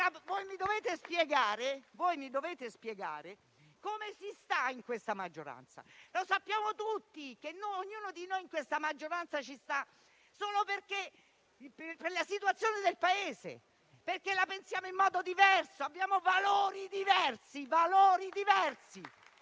mi dovete spiegare come si sta in questa maggioranza. Sappiamo tutti che ognuno di noi fa parte di questa maggioranza solo per la situazione del Paese, perché la pensiamo in maniera diversa e abbiamo valori diversi.